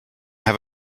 have